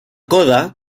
coda